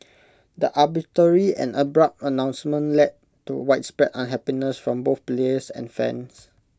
the arbitrary and abrupt announcement led to widespread unhappiness from both players and fans